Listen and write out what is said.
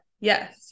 Yes